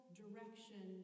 direction